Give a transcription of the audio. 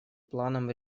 планом